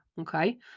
Okay